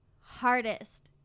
hardest